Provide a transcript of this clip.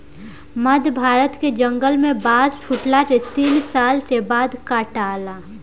मध्य भारत के जंगल में बांस फुटला के तीन साल के बाद काटाला